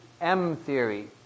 M-theory